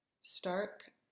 Stark